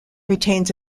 retains